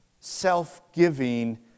self-giving